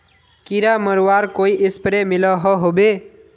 कीड़ा मरवार कोई स्प्रे मिलोहो होबे?